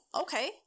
okay